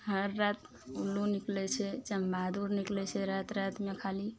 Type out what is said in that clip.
हर राति उल्लू निकलय छै चमबहादुर निकलय छै राति रातिमे खाली